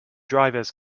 drivers